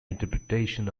interpretation